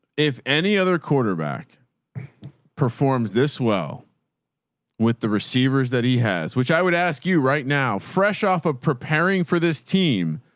if any other quarterback performs this well with the receivers that he has, which i would ask you right now, fresh off of preparing for this team,